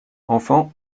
enfant